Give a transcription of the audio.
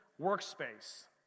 workspace